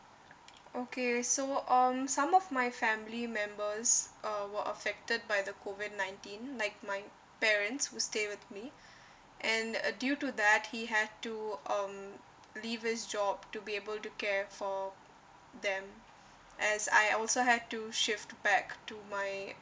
okay so um some of my family members uh were affected by the COVID nineteen like my parents who stay with me and uh due to that he had to um leave this job to be able to care for them as I also have to shift back to my